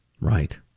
right